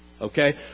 Okay